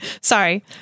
sorry